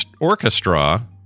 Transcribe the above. orchestra